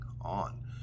on